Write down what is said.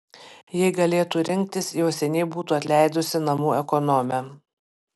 jei galėtų rinktis jau seniai būtų atleidusi namų ekonomę